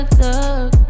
thug